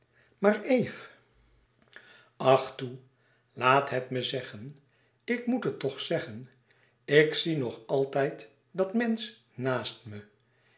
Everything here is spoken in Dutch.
maar eve ach toe laat het me zeggen ik moet het toch zeggen ik zie nog altijd dat mensch naast me